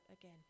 again